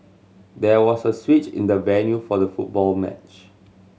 there was a switch in the venue for the football match